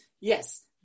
yes